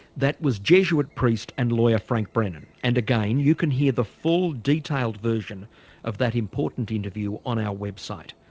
that was jesuit priest and lawyer frank brennan and again, you can hear the full detailed version of that important interview on our website.